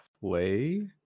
play